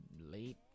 late